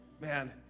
Man